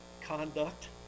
conduct